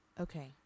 Okay